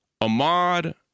Ahmad